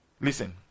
Listen